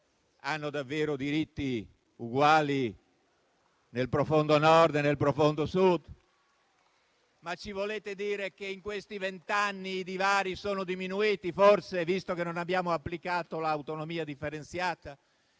hanno davvero diritti uguali nel profondo Nord e nel profondo Sud? Ci volete dire che, negli ultimi vent'anni, i divari sono diminuiti, visto che non abbiamo applicato l'autonomia differenziata?